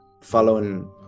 following